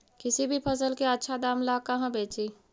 किसी भी फसल के आछा दाम ला कहा बेची?